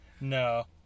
No